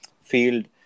field